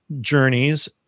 journeys